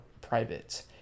private